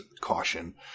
caution